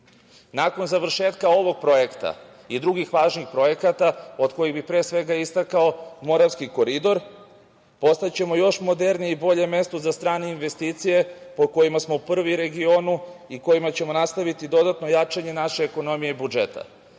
završetka ovog projekta i drugih važnih projekata, od kojih bih istakao Moravski koridor, postaćemo još modernije i bolje mesto za strane investicije, po kojima smo prvi u regionu, i kojima ćemo nastaviti dodatno jačanje naše ekonomije i budžeta.